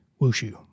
Wushu